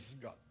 God